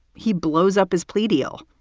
he blows up his plea deal,